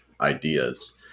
ideas